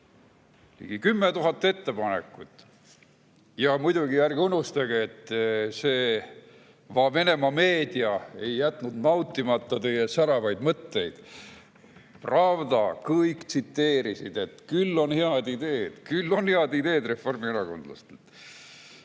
ligi 10 000 [muudatus]ettepanekut. Muidugi, ärge unustage, et see va Venemaa meedia ei jätnud nautimata teie säravaid mõtteid. Pravda ja kõik tsiteerisid, et küll on head ideed, küll on head ideed reformierakondlastel.